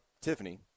tiffany